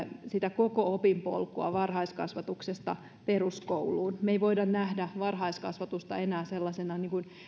koko opinpolkua varhaiskasvatuksesta peruskouluun me emme voi nähdä varhaiskasvatusta enää sellaisena